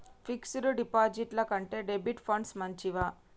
Fix డ్ డిపాజిట్ల కంటే డెబిట్ ఫండ్స్ మంచివా?